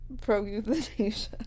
Pro-euthanasia